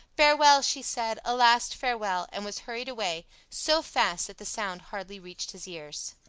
farewell, she said, a last farewell, and was hurried away, so fast that the sound hardly reached his ears.